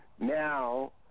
Now